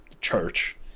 church